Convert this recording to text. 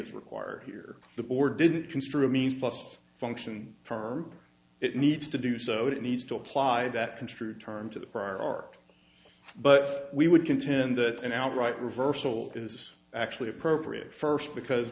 is required here the board didn't construe means plus function term it needs to do so it needs to apply that construed term to the prior art but we would contend that an outright reversal is actually appropriate first because